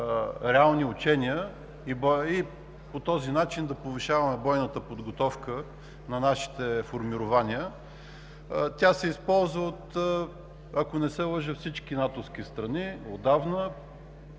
реални учения и по този начин да повишаваме бойната подготовка на нашите формирования. Тя се използва, ако не се лъжа, от всички натовски страни отдавна,